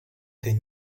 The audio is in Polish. ten